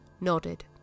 nodded